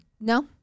No